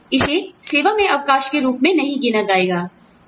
इसे सेवा में अवकाश के रूप में नहीं गिना जाना चाहिए